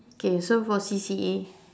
okay so for C_C_A